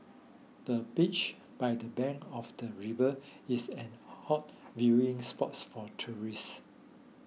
the beach by the bank of the river is an hot viewing spots for tourists